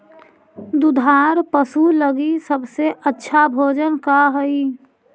दुधार पशु लगीं सबसे अच्छा भोजन का हई?